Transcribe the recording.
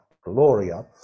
gloria